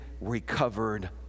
recovered